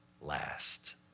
last